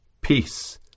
peace